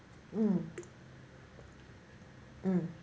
mm mm